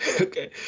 Okay